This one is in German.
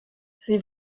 sie